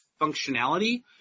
functionality